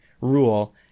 rule